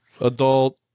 adult